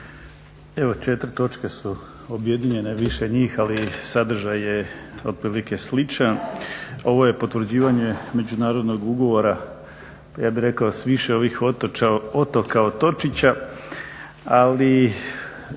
Evo četiri točke su objedinjene, više njih ali sadržaj je otprilike sličan. Ovo je potvrđivanje međunarodnog ugovora, ja bih rekao s više ovih otoka, otočića ali